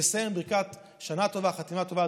אני אסיים בברכת שנה טובה וחתימה טובה,